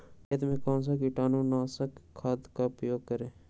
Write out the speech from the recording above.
खेत में कौन से कीटाणु नाशक खाद का प्रयोग करें?